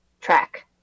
track